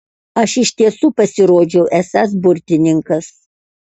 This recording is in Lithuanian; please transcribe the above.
aš iš tiesų pasirodžiau esąs burtininkas